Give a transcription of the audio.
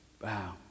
wow